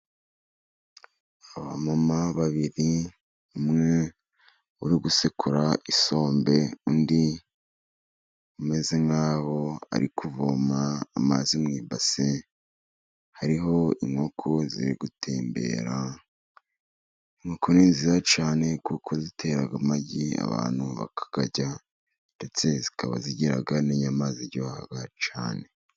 Aba mama babiri umwe uri gusekura isombe undi ameze nk'aho ari kuvoma amazi mumbase, hariho inkoko ziri gutembera. Inkoko ni nziza cyane kuko zitera amagi abantu bakayarya ndetse zikaba zigira n'inyama ziryoha cyane.